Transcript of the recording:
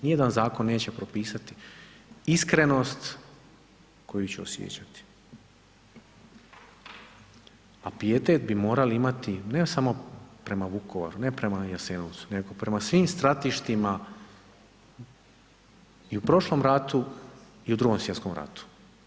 Nijedan zakon neće propisati iskrenost koju ću osjećati, a pijetet bi morali imati ne samo prema Vukovaru, ne prema Jasenovcu, nego prema svim stratištima i u prošlom ratu i u Drugom svjetskom ratu.